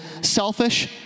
selfish